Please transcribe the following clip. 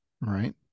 right